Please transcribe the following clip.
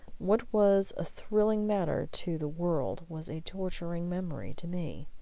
what was a thrilling matter to the world was a torturing memory to me.